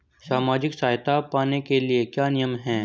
सामाजिक सहायता पाने के लिए क्या नियम हैं?